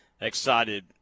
excited